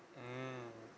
mmhmm